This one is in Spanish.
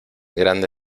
grande